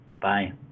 Bye